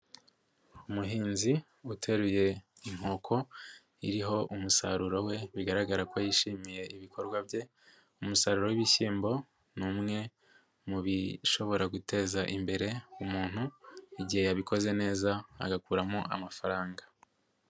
Umuhinzi uteruye inkoko iriho umusaruro we bigaragara ko yishimiye ibikorwa bye, umusaruro w'ibishyimbo ni umwe mushobora guteza imbere umuntu igihe yabikoze neza agakuramo amafaranga.